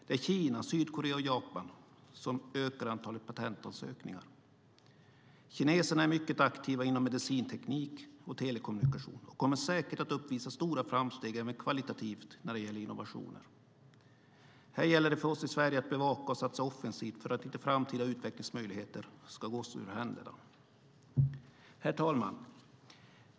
Det är Kina, Sydkorea och Japan som ökar antalet patentansökningar. Kineserna är mycket aktiva inom medicinteknik och telekommunikation och kommer säkert att uppvisa stora framsteg även kvalitativt när det gäller innovationer. Här gäller det för oss i Sverige att bevaka och satsa offensivt för att inte framtida utvecklingsmöjligheter ska gå oss ur händerna. Herr talman!